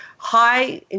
High